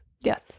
Yes